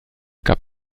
gab